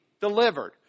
delivered